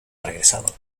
regresado